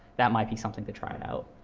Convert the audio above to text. that might be something to try and out.